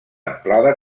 amplada